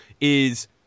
is-